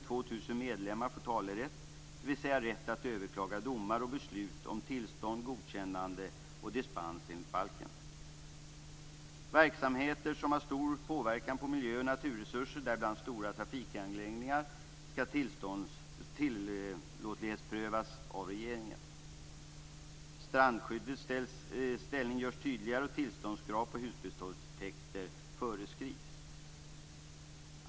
2 000 medlemmar få talerätt, dvs. rätt att överklaga domar och beslut om tillstånd, godkännande och dispens enligt balken. Verksamheter som har stor påverkan på miljö och naturresurser, däribland stora trafikanläggningar, skall tillåtlighetsprövas av regeringen. Strandskyddets ställning görs tydligare. Tillståndskrav på husbehovstäkter föreskrivs.